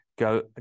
Go